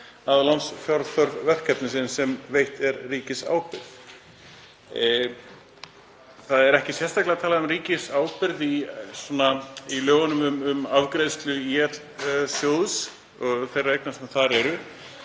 af lánsfjárþörf verkefnisins sem veitt er ríkisábyrgð fyrir. Ekki er sérstaklega talað um ríkisábyrgð í lögunum um afgreiðslu ÍL-sjóðs og þeirra eigna sem þar eru.